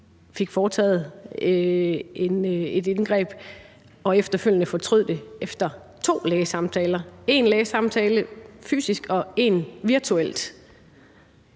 fik foretaget et indgreb og efterfølgende fortrød det, og det var efter to lægesamtaler. En af dem var fysisk, og en foregik